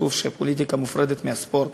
כתוב שהפוליטיקה מופרדת מהספורט.